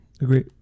Agree